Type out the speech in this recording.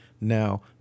Now